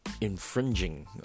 Infringing